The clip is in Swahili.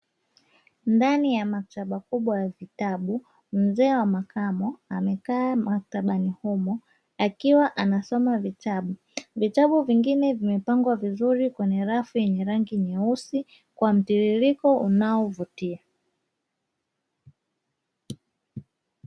Ndani ya maktaba kubwa ya vitabu, mzee wa makamo amekaa maktabani humo, akiwa anasoma kitabu. Vitabu vingine vimepangwa vizuri kwenye rafu yenye rangi nyeusi kwa mtiririko unaovutia.